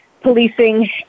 policing